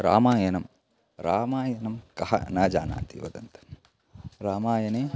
रामायणं रामायणं कः न जानाति वदन्तु रामायणे